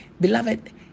Beloved